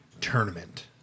tournament